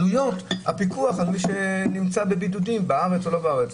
עלויות הפיקוח על מי שנמצא בבידודים בארץ או לא בארץ.